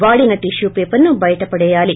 వాడిన tissue paper ను బయిట పడేయాలీ